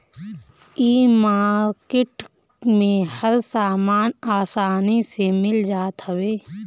इ मार्किट में हर सामान आसानी से मिल जात हवे